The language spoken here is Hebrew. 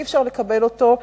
אי-אפשר לקבל אותו,